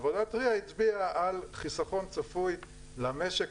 והעבודה הטריה הצביעה על חסכון צפוי למשק,